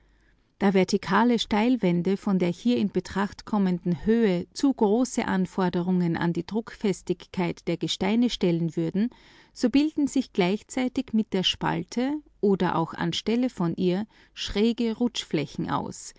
da vertikale steilwände von der hier in betracht kommenden höhe viel zu große anforderungen an die druckfestigkeit der gesteine stellen würden so bilden sich gleichzeitig mit der spalte oder auch an stelle von ihr schräge rutschflächen aus